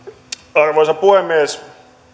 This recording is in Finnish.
arvoisa puhemies